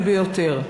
הגלוי והברור ביותר.